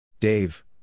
Dave